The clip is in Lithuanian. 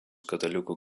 katalikų